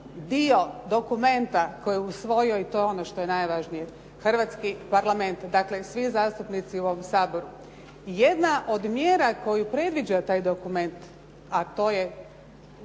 dio dokumenta koji je usvojio i to je ono što je najvažnije, Hrvatski parlament dakle svi zastupnici u ovom Saboru. Jedna od mjera koju predviđa taj dokument, a to je